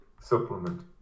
supplement